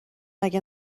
مگه